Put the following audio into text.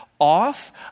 off